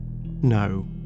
No